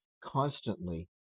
constantly